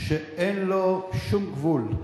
שאין לו שום גבול,